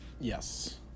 Yes